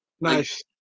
nice